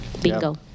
Bingo